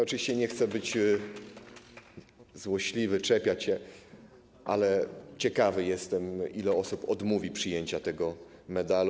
Oczywiście nie chcę być złośliwy, czepiać się, ale ciekawy jestem, ile osób odmówi przyjęcia tego medalu.